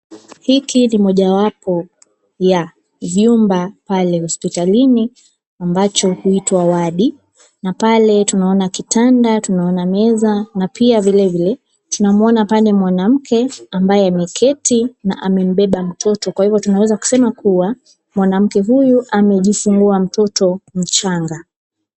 Hiki ni moja wapo ya vyumba pale hospitalini ambacho huitwa wadi na pale tunaona kitanda , tunaona meza na pia vilevile tunamwona pale mwanamke ambaye ameketi na amembeba mtoto kwa hivyo tunaweza sema kuwa mwanamke huyu amejifungua mtoto mchanga.